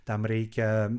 tam reikia